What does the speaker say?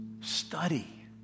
Study